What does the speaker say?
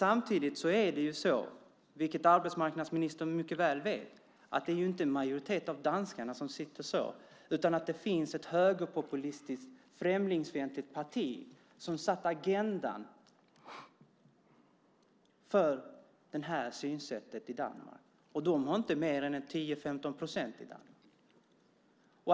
Samtidigt är det så, vilket arbetsmarknadsministern mycket väl vet, att det inte är en majoritet av danskarna som tycker så, utan det finns ett högerpopulistiskt, främlingsfientligt parti som satt agendan för det här synsättet i Danmark, och de har inte mer än 10-15 procent av väljarna i landet.